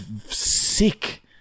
sick